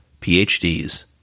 PhDs